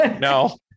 No